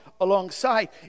alongside